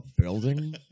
building